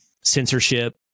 censorship